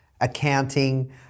accounting